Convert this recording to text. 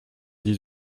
dix